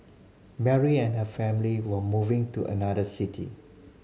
Mary and her family were moving to another city